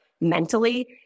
mentally